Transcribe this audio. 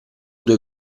due